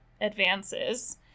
advances